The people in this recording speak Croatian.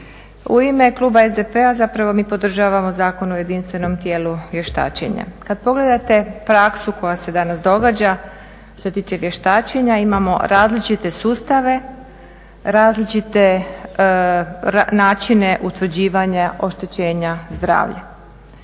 u ime kluba SDP-a, zapravo mi podržavamo Zakon o jedinstvenom tijelu vještačenja. Kad pogledate praksu koja se danas događa, što se tiče vještačenja imamo različite sustave, različite načine utvrđivanja oštećenja zdravlja.